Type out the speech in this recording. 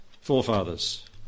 forefathers